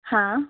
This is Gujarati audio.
હા